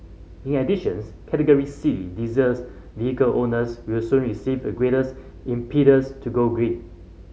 in additions Category C diesels vehicle owners will soon receive graters impetus to go green